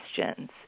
questions